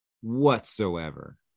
whatsoever